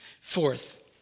Fourth